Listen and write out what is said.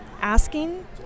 asking